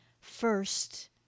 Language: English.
first